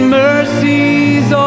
mercies